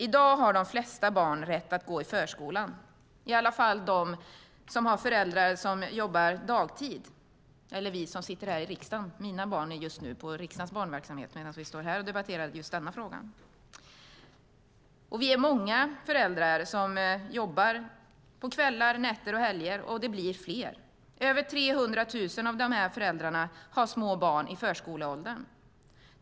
I dag har de flesta barn rätt att gå i förskolan - i alla fall de barn som har föräldrar som jobbar dagtid eller som sitter här i riksdagen. Mina barn är just nu på riksdagens barnverksamhet medan vi står här och debatterar just denna fråga. Vi är många föräldrar som jobbar på kvällar, nätter och helger - och vi blir fler. Över 300 000 av dessa föräldrar har små barn i förskoleåldern.